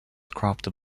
crafted